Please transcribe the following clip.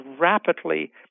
rapidly